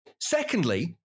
Secondly